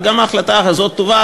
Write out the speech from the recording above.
וגם ההחלטה הזאת טובה,